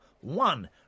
one